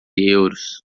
euros